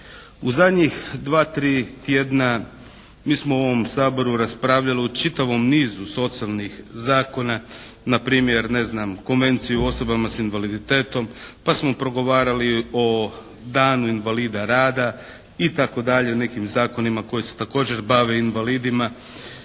U zadnjih dva, tri tjedna mi smo u ovom Saboru raspravljali o čitavom nizu socijalnih zakona, npr. ne znam Konvenciju osoba sa invaliditetom, pa smo progovarali o danu Invalida rada, itd., i nekim zakonima koji se također bave invalidima.